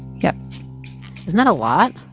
yup isn't that a lot?